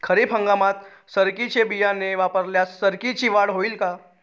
खरीप हंगामात सरकीचे बियाणे वापरल्यास सरकीची वाढ होईल का?